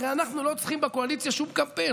הרי אנחנו לא צריכים בקואליציה שום קמפיין,